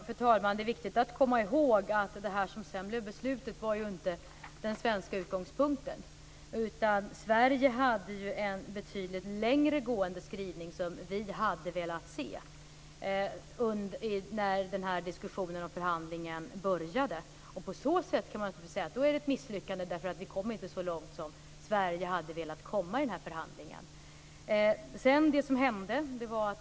Fru talman! Det är viktigt att komma ihåg att det som blev beslutet inte var den svenska utgångspunkten. Sverige hade en betydligt längre gående skrivning, som vi ville se när diskussionen och förhandlingarna började. På så vis kan man säga att det var ett misslyckande, därför att vi kom inte så långt som Sverige hade velat komma i de här förhandlingarna.